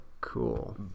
cool